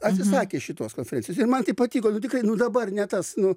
atsisakė šitos konferencijos ir man tai patiko nu tikrai nu dabar ne tas nu